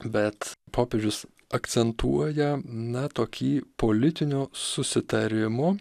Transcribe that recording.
bet popiežius akcentuoja na tokį politinio susitarimo